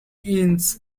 inch